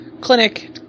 clinic